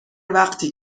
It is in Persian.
وقتی